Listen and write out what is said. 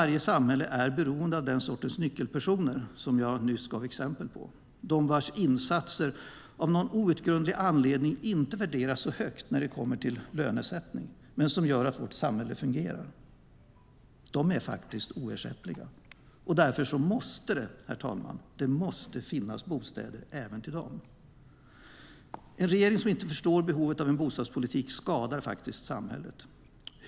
Varje samhälle är beroende av den sortens nyckelpersoner som jag nyss gav exempel på, de vars insatser av någon outgrundlig anledning inte värderas så högt när det kommer till lönesättning men som gör att vårt samhälle fungerar. De är faktiskt oersättliga. Därför måste det, herr talman, finnas bostäder även till dem. En regering som inte förstår behovet av en bostadspolitik skadar faktiskt samhället.